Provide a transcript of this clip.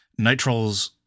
nitriles